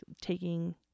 taking